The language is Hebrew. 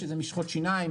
משחות שיניים,